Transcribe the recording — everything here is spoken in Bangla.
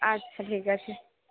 আচ্ছা ঠিক আছে